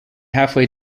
halfway